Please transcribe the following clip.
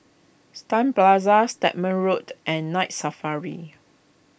Stun Plaza Stagmont Road and Night Safari